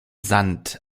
sand